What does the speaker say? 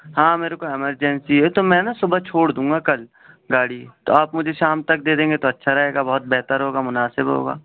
ہاں میرے کو ایمرجنسی ہے تو میں نا صبح چھوڑ دوں گا کل گاڑی تو آپ مجھے شام تک دے دیں گے تو اچھا رہے گا بہت بہتر ہوگا مناسب ہوگا